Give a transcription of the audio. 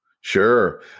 Sure